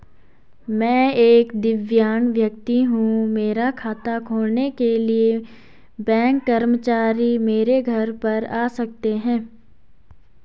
मैं एक दिव्यांग व्यक्ति हूँ मेरा खाता खोलने के लिए बैंक कर्मचारी मेरे घर पर आ सकते हैं?